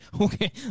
Okay